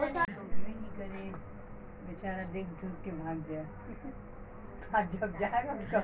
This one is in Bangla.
ইউ.পি.আই পরিষেবার জন্য কি ব্যাংকের সাথে নেট ব্যাঙ্কিং সুযোগ সুবিধা থাকতে হবে?